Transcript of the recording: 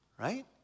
Right